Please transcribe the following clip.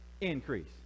increase